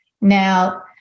Now